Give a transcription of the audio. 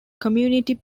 community